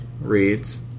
reads